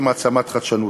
עם מעצמת חדשנות.